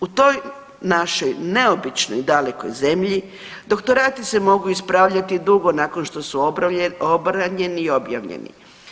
U toj našoj neobičnoj dalekoj zemlji doktorati se mogu ispravljati dugo nakon što su obranjeni i objavljeni.